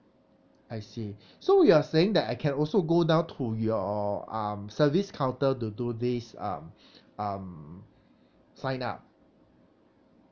I see so you are saying that I can also go down to your um service counter to do this um um sign up